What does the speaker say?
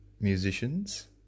Musicians